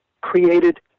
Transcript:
created